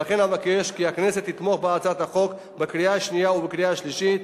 ולכן אבקש כי הכנסת תתמוך בהצעת החוק בקריאה השנייה ובקריאה השלישית,